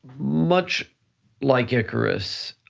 much like icarus,